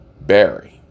Barry